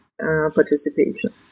participation